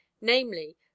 namely